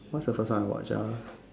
what is the first one I watch ah